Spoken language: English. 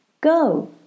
go